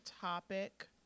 topic